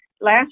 Last